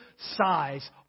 size